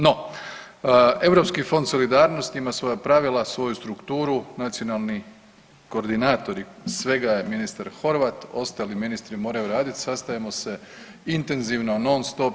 No, Europski fond solidarnosti ima svoja pravila, svoju strukturu, nacionalni koordinator svega je ministar Horvat, ostali ministri moraju radit, sastajemo se intenzivno non stop.